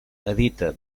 edita